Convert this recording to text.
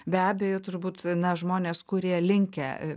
be abejo turbūt na žmonės kurie linkę